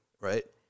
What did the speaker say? right